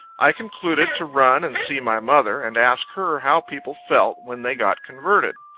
i concluded to run and see my mother, and ask her how people felt, when they got converted.